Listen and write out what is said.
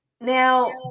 now